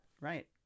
Right